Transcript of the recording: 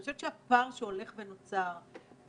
אני חושבת שהפער שהולך ונוצר בין